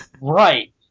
Right